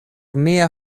mia